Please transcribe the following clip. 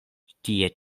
tie